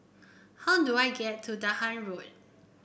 how do I get to Dahan Road